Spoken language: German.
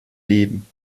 leben